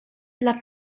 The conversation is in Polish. dla